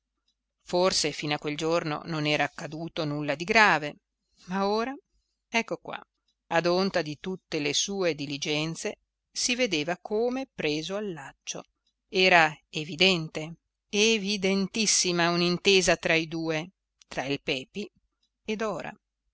forse fino a quel giorno non era accaduto nulla di grave ma ora ecco qua ad onta di tutte le sue diligenze si vedeva come preso al laccio era evidente evidentissima un'intesa tra i due tra il pepi e dora